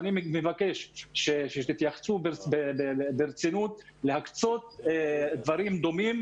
אני מבקש שתתייחסו ברצינות להקצות דברים דומים,